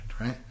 right